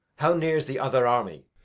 how near's the other army?